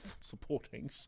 supporting